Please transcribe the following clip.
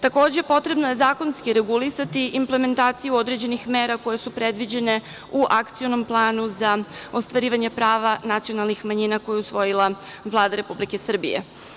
Takođe, potrebno je zakonski regulisati implementaciju određenih mera koje su predviđene u Akcionom planu za ostvarivanju prava nacionalnih manjina koji je usvojila Vlada Republike Srbije.